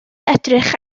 edrych